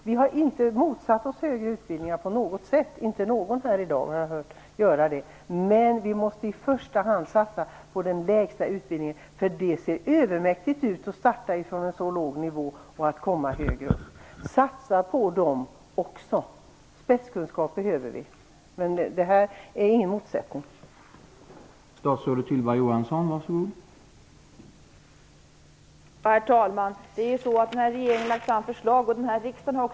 Vi har inte på något sätt motsatt oss högre utbildning. Jag har inte heller hört någon annan här i dag göra det. Men vi måste i första hand satsa på den lägsta utbildningen. Det verkar övermäktigt att starta från en så låg nivå och sedan komma högre upp. Satsa på det också; vi behöver spetskunskap! Det finns ingen motsättning i förhållande till det som jag talar om.